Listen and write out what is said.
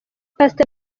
pastor